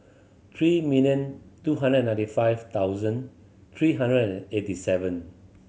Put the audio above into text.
three million two hundred and ninety five thousand three hundred and eighty seven